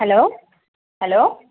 hello hello